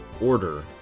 order